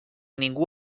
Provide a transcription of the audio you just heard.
ningú